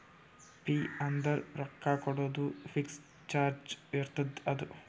fee ಅಂದುರ್ ರೊಕ್ಕಾ ಕೊಡೋದು ಫಿಕ್ಸ್ ಚಾರ್ಜ್ ಇರ್ತುದ್ ಅದು